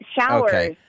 showers